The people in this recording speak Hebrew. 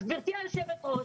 אז גברתי יושבת הראש,